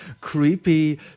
creepy